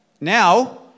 Now